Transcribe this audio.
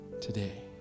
today